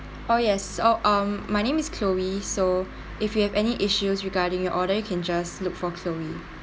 oh yes oh um my name is chloe so if you have any issues regarding your order you can just look for chloe